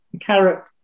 carrot